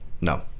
No